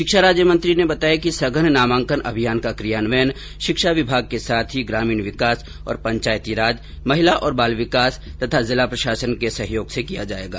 शिक्षा राज्य मंत्री ने बताया कि सघन नामांकन अभियान का क्रियान्वयन शिक्षा विभाग के साथ ही ग्रामीण विकास और पंचायती राज महिला और बाल विकास तथा जिला प्रशासन आदि के सहयोग से किया जायेगा